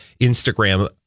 Instagram